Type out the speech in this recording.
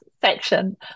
section